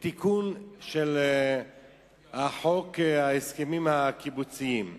בתיקון חוק ההסכמים הקיבוציים.